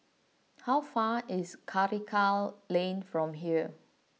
how far is Karikal Lane from here